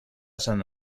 sant